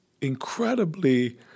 incredibly